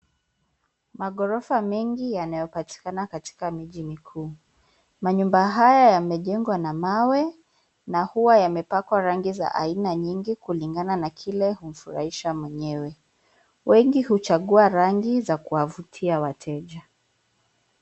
Maghorofa mengi yanayopatikana katika miji mikuu. Manyumba haya yamejengwa na mawe, na huwa yamepakwa rangi za aina nyingi kulingana na kile humfurahisha mwenyewe. Wengi huchagua rangi za kuwavutia wateja.